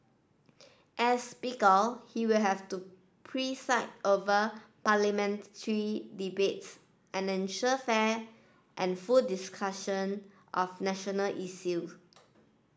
as Speaker he will have to preside over Parliamentary debates and ensure fair and full discussion of national issues